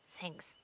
Thanks